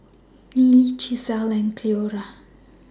Neely Gisele and Cleora